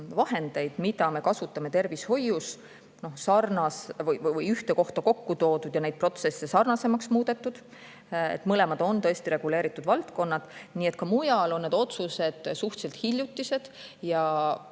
mida me tervishoius kasutame, ühte kohta kokku toodud ja neid protsesse sarnasemaks muudetud. Mõlemad on reguleeritud valdkonnad. Nii et ka mujal on need otsused suhteliselt hiljutised.